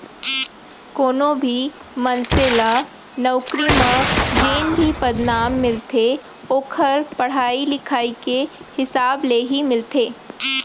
कोनो भी मनसे ल नउकरी म जेन भी पदनाम मिलथे ओखर पड़हई लिखई के हिसाब ले ही मिलथे